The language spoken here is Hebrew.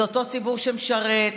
זה אותו ציבור שמשרת,